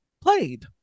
played